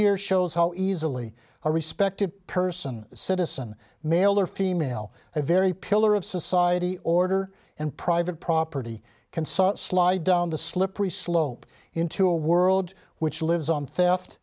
here shows how easily a respected person citizen male or female a very pillar of society order and private property can saw it slide down the slippery slope into a world which lives on theft